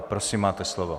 Prosím, máte slovo.